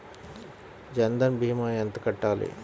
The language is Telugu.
జన్ధన్ భీమా ఎంత కట్టాలి?